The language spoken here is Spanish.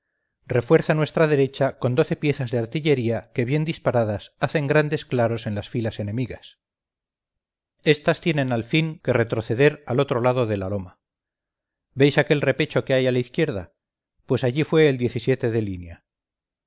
refuerza nuestra derecha con doce piezas de artillería que bien disparadas hacen grandes claros en las filas enemigas estas tienen al fin que retroceder al otro lado de la loma veis aquel repecho que hay a la izquierda pues allí fue el de línea